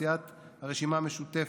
סיעת הרשימה המשותפת,